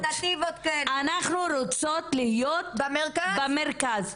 אנחנו רוצות להיות במרכז.